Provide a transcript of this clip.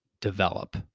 develop